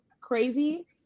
crazy